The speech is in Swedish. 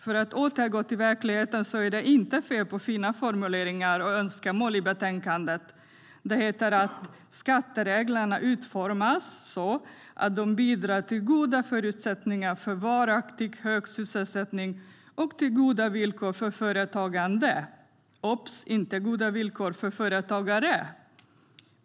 För att återgå till verkligheten är det inte fel på fina formuleringar och önskemål i betänkandet. Det heter att skattereglerna utformas så att de bidrar till goda förutsättningar för varaktigt hög sysselsättning och till goda villkor för företagande. Observera att det inte står om goda villkor för företagare !